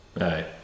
right